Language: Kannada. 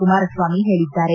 ಕುಮಾರಸ್ವಾಮಿ ಹೇಳಿದ್ದಾರೆ